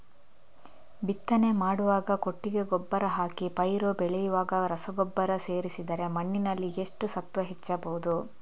ಬಿತ್ತನೆ ಮಾಡುವಾಗ ಕೊಟ್ಟಿಗೆ ಗೊಬ್ಬರ ಹಾಕಿ ಪೈರು ಬೆಳೆಯುವಾಗ ರಸಗೊಬ್ಬರ ಸೇರಿಸಿದರೆ ಮಣ್ಣಿನಲ್ಲಿ ಎಷ್ಟು ಸತ್ವ ಹೆಚ್ಚಬಹುದು?